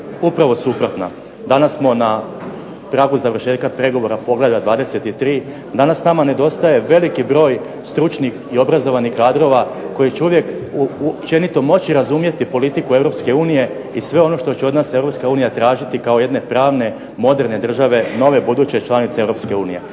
upravo suprotna. Danas smo na tragu završetka pregovora Poglavlja 23., danas nama nedostaje veliki broj stručnih i obrazovanih kadrova koji će uvijek, općenito moći razumjeti politiku EU i sve ono što će od nas EU tražiti kao jedne pravne, moderne države, nove buduće članice EU.